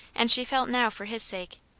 and she felt now for his sake,